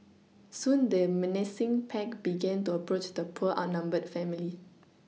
soon the menacing pack began to approach the poor outnumbered family